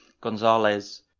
Gonzalez